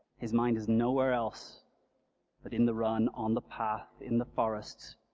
his mind is nowhere else but in the run, on the path, in the forests,